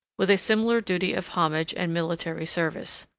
with a similar duty of homage and military service.